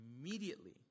immediately